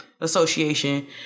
Association